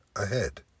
ahead